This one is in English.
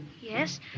Yes